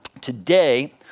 Today